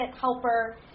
helper